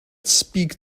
speak